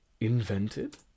invented